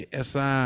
essa